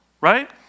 right